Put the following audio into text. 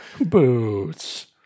boots